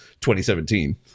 2017